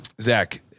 Zach